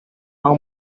how